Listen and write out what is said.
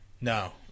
No